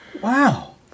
Wow